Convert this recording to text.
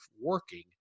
working